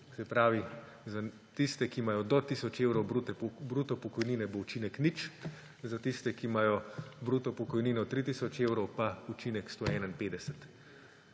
Se pravi, za tiste, ki imajo do tisoč evrov bruto pokojnine, bo učinek nič, za tiste, ki imajo bruto pokojnino 3 tisoč evrov, pa učinek 151.